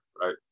right